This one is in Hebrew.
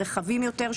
רחבים יותר,